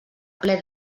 ple